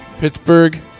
Pittsburgh